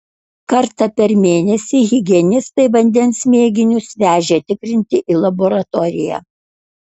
kartą per mėnesį higienistai vandens mėginius vežė tikrinti į laboratoriją